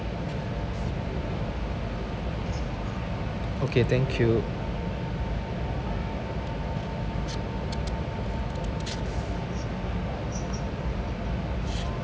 okay thank you